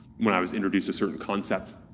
when i was introduced to certain concepts,